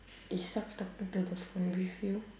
it sucks talking to the phone with you